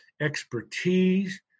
expertise